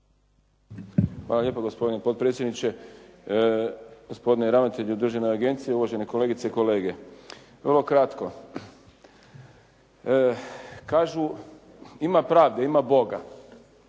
Hvala lijepo gospodine potpredsjedniče, gospodine ravnatelju državne agencije, uvažene kolegice i kolege. Vrlo kratko. Kažu ima pravde, ima Boga.